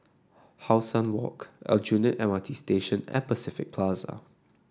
How Sun Walk Aljunied M R T Station and Pacific Plaza